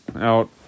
out